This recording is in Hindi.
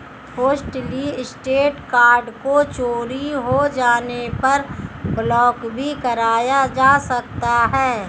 होस्टलिस्टेड कार्ड को चोरी हो जाने पर ब्लॉक भी कराया जा सकता है